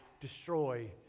destroy